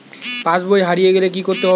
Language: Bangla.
পাশবই হারিয়ে গেলে কি করতে হবে?